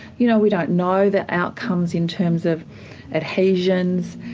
you know we don't know the outcomes in terms of adhesions,